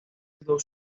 dos